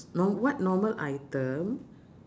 norm~ what normal item